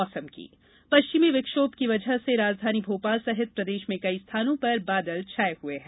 मौसम पश्चिमी विक्षोभ की वजह से राजधानी भोपाल सहित प्रदेश में कई स्थानों पर बादल छाये हुए हैं